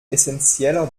essenzieller